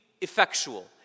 effectual